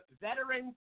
veterans